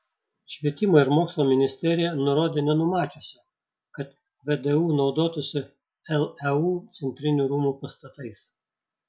švietimo ir mokslo ministerija nurodė nenumačiusi kad vdu naudotųsi leu centrinių rūmų pastatais